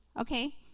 Okay